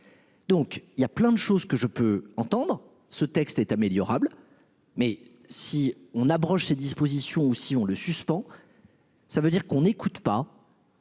Donc il y a plein de choses que je peux entendre ce texte est améliorable mais si on abroge ces dispositions aussi on le suspend. Ça veut dire qu'on n'écoute pas.